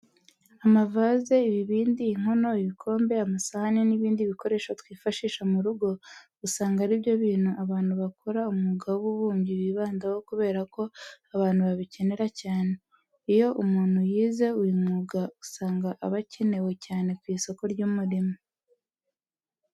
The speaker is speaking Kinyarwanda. Amavaze, ibibindi, inkono, ibikombe, amasahane n'ibindi bikoresho twifashisha mu rugo usanga ari byo abantu bakora umwuga w'ububumbyi bibandaho kubera ko abantu babikenera cyane. Iyo umuntu yize uyu mwuga usanga aba akenewe cyane ku isoko ry'umurimo.